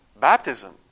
baptism